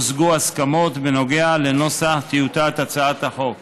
והושגו הסכמות בנוגע לנוסח טיוטת הצעת החוק.